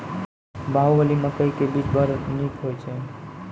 बाहुबली मकई के बीज बैर निक होई छै